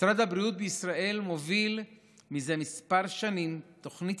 משרד הבריאות בישראל מוביל זה כמה שנים תוכנית